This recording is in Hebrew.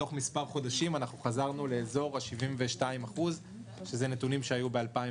תוך מספר חודשים חזרנו לאזור של 72%. אלה נתונים שהיו ב-2019.